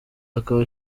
akaba